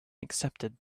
accepted